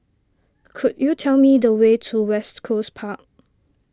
could you tell me the way to West Coast Park